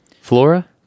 Flora